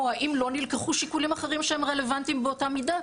או האם לא נלקחו שיקולים אחרים שהם רלוונטיים באותה מידה,